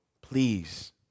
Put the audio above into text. please